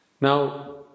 Now